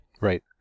Right